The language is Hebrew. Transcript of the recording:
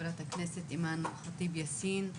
חברת הכנסת אימאן ח'טיב יאסין,